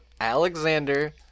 Alexander